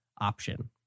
option